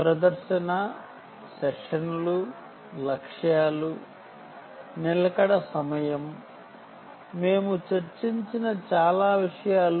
ప్రదర్శన సెషన్లు లక్ష్యాలు నిలకడ సమయం చాలా విషయాలు మేము చర్చించాము